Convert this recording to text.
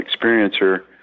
experiencer